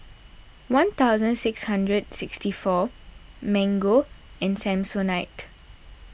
one thousand six hundred sixty four Mango and Samsonite